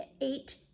eight